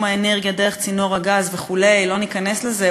האנרגיה דרך צינור הגז וכו' לא ניכנס לזה,